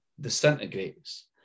disintegrates